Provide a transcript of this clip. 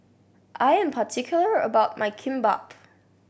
I am particular about my Kimbap